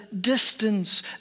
distance